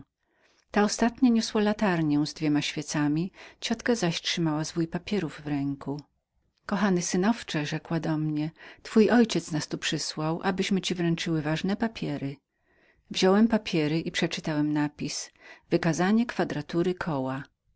z dwoma świecami ciotka zaś moja trzymała zwój papierów w ręku kochany synowcze rzekła do mnie twój ojciec nas tu przysłał abyśmy ci wręczyły te ważne papiery wziąłem papiery i przeczytałem napis wykazanie kwadratury koła